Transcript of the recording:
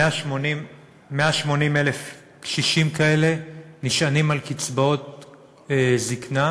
180,000 קשישים כאלה נשענים על קצבאות זיקנה